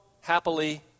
happily